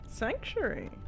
sanctuary